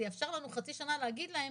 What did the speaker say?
זה יאפשר לנו חצי שנה להגיד להם,